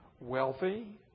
wealthy